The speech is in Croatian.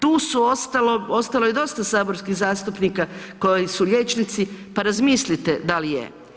Tu su, ostalo je dosta saborskih zastupnika koji su liječnici, pa razmislite da li je?